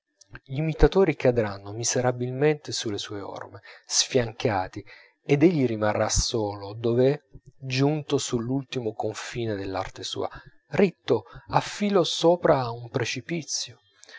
gli imitatori cadranno miserabilmente sulle sue orme sfiancati ed egli rimarrà solo dov'è giunto sull'ultimo confine dell'arte sua ritto a filo sopra un precipizio